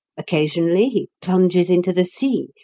occasionally he plunges into the sea,